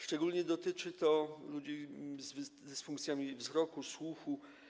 Szczególnie dotyczy to ludzi z dysfunkcjami wzroku, słuchu.